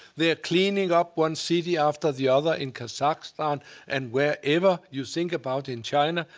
they're cleaning up one city after the other, in kazakhstan and wherever. you think about in china,